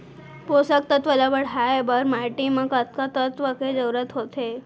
पोसक तत्व ला बढ़ाये बर माटी म कतका तत्व के जरूरत होथे?